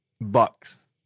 Bucks